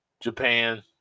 japan